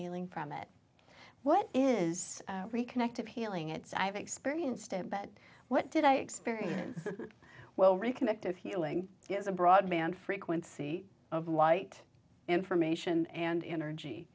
healing from it what is reconnect appealing it's i have experienced it but what did i experience well reconvicted fueling is a broadband frequency of light information and energy